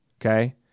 okay